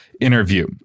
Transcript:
interview